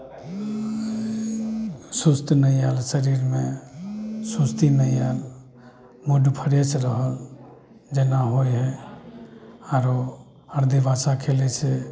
सुस्त नहि आयल शरीरमे सुस्ती नहि आयल मुड फरेश रहल जेना होइ हइ आरो आरदीबासा खेले से